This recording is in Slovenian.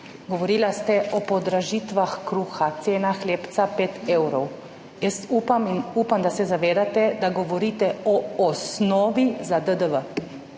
Govorili ste o podražitvah kruha, cena hlebca 5 evrov. Jaz upam, da se zavedate, da govorite o osnovi za DDV.